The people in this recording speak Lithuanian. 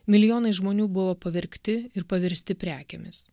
milijonai žmonių buvo pavergti ir paversti prekėmis